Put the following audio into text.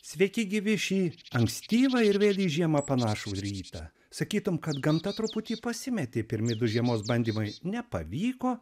sveiki gyvi šį ankstyvą ir vėl į žiemą panašų rytą sakytum kad gamta truputį pasimetė pirmi du žiemos bandymai nepavyko